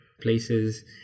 places